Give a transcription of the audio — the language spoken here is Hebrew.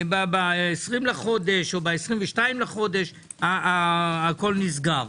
ב-20 בחודש או ב-22 בחודש הכול נסגר.